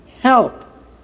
help